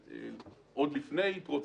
עוד לפני קום המדינה,